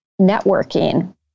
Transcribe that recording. networking